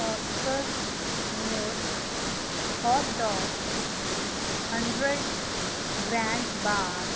oscar mayor hot dogs hundred grand bar